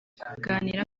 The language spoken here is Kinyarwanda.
kuganira